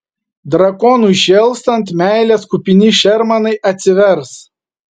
drakonui šėlstant meilės kupini šermanai atsivers